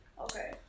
Okay